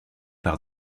par